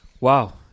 Wow